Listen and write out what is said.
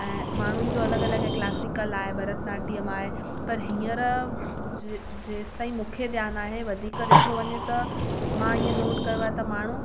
ऐं माण्हूनि जो अलॻि अलॻि क्लासिकल आहे भरतनाट्यम आहे पर हीअंर जे जेसि ताईं मूंखे ध्यानु आहे वधीक ॾिठो वञे त मां ईंअ नोट कयो आहे त माण्हू